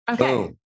Okay